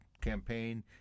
campaign